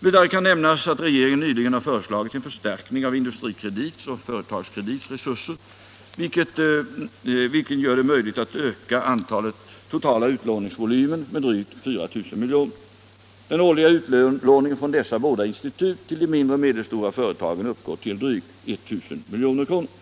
Vidare kan nämnas att regeringen nyligen har föreslagit en förstärkning av Industrikredits och Företagskredits resurser vilken gör det möjligt att öka totala utlåningsvolymen med drygt 4000 milj.kr. Den årliga utlåningen från dessa båda institut till de mindre och medelstora företagen uppgår till drygt 1000 milj.kr.